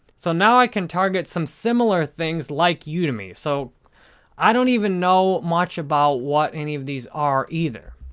so, now i can target some similar things like yeah udemy, so i don't even know much about what any of these are either.